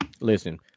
Listen